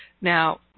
Now